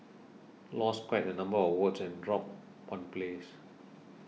lost quite a number of votes and dropped one place